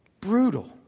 Brutal